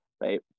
right